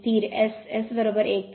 स्थिर S S 1